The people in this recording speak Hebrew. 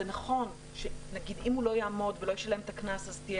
זה נכון שאם הוא לא ישלם את הקנס אז תהיה